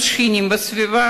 קבוצת צעירים ביקשו